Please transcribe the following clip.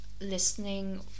listening